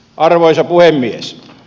arvoisa puhemies